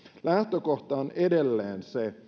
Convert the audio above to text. lähtökohta on edelleen